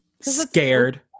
Scared